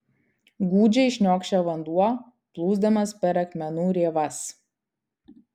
gūdžiai šniokščia vanduo plūsdamas per akmenų rėvas